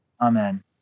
Amen